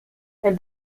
elle